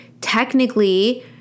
technically